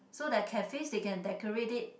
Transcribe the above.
so that cafes they can decorate it